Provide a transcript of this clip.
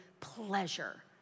pleasure